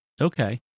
okay